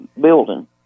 building